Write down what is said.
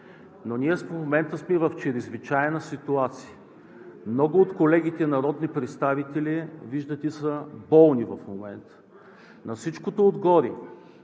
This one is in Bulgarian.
Но ние в момента сме в чрезвичайна ситуация. Много от колегите народни представители, виждате, са болни в момента. На всичкото отгоре